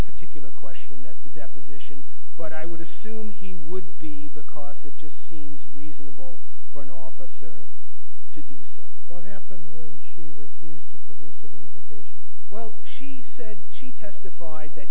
particular question at the deposition but i would assume he would be because it just seems reasonable for an officer to do so what happened when she refused to put it in the patient well she said she testified that